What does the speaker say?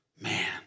Man